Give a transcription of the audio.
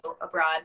abroad